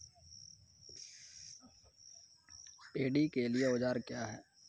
Paddy के लिए औजार क्या हैं?